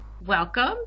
Welcome